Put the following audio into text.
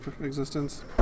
existence